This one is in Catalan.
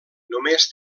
només